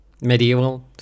Medieval